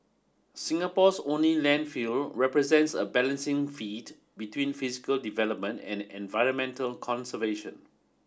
Singapore's only landfill represents a balancing feat between physical development and environmental conservation